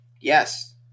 Yes